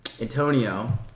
Antonio